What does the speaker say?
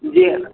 जी